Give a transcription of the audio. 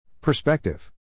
Perspective